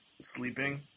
sleeping